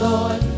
Lord